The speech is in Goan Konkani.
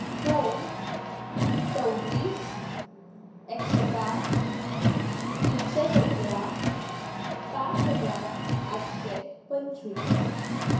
दोन सव्वीस एकशें पांच तिनशे सतरा पांच हजार आठशें पंचवीस